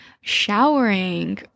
showering